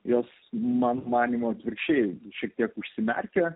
jos mano manymu atvirkščiai šiek tiek užsimerkia